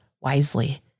wisely